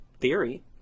theory